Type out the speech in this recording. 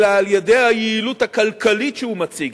אלא על-ידי היעילות הכלכלית שהוא מציג,